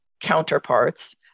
counterparts